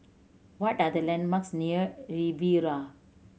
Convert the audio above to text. what are the landmarks near Riviera